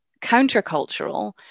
countercultural